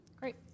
Great